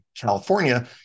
California